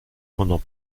pendant